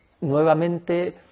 nuevamente